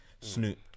Snoop